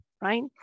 right